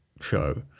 show